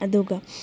ꯑꯗꯨꯒ